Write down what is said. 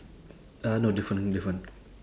uh no different different